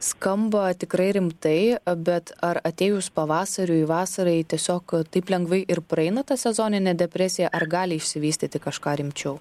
skamba tikrai rimtai bet ar atėjus pavasariui vasarai tiesiog taip lengvai ir praeina ta sezoninė depresija ar gali išsivystyti kažką rimčiau